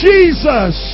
Jesus